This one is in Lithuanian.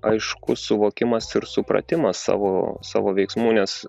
aiškus suvokimas ir supratimas savo savo veiksmų nes